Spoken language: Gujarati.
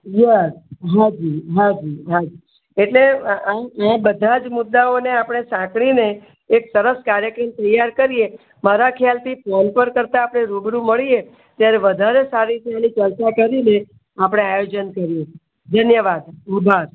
યસ હાજી હાજી હાજી એટલે મેં બધાં જ મુદ્દાઓને આપણે સાંકળીને એક સરસ કાર્યક્રમ તૈયાર કરીએ મારા ખ્યાલથી કોલ પર કરતાં આપણે રૂબરૂ મળીએ ત્યારે વધારે સારી શૈક્ષણિક ચર્ચા કરીને આપણે આયોજન કરીએ ધન્યવાદ આભાર